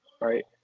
right